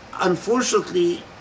unfortunately